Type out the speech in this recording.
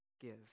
give